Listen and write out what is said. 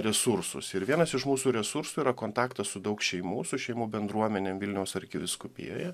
resursus ir vienas iš mūsų resursų yra kontaktas su daug šeimų su šeimų bendruomenėm vilniaus arkivyskupijoje